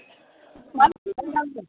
मानो थगाय नांगौ